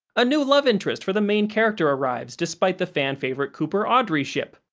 a new love interest for the main character arrives despite the fan-favorite cooper-audrey ship,